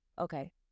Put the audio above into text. okay